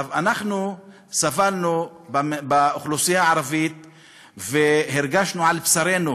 אנחנו באוכלוסייה הערבית סבלנו,